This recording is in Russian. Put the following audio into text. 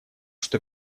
что